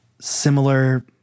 similar